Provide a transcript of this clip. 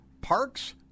Parks